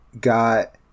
got